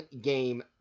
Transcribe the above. Game